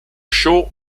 show